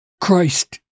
Christ